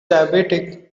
diabetic